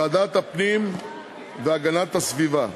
ועדת הפנים והגנת הסביבה: